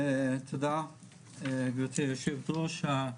תודה גברתי יושבת הראש.